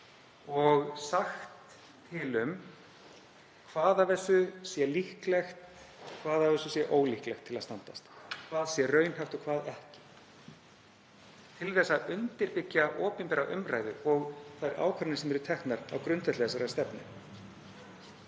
og sagt til um hvað af þessu væri líklegt, hvað af þessu væri ólíklegt til að standast, hvað væri raunhæft og hvað ekki, til að undirbyggja opinbera umræðu og þær ákvarðanir sem eru teknar á grundvelli þessarar stefnu.